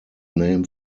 name